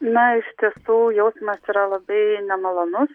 na ištiesų jausmas yra labai nemalonus